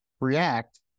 react